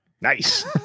Nice